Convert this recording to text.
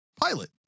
Pilot